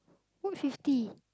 work fifty